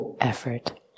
effort